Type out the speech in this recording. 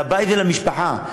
לבית ולמשפחה.